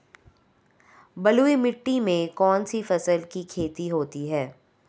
बलुई मिट्टी में कौनसी फसल की खेती होती है?